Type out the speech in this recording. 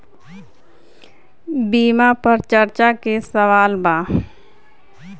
बीमा पर चर्चा के सवाल बा?